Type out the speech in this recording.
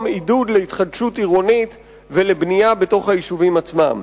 עידוד להתחדשות עירונית ולבנייה בתוך היישובים עצמם.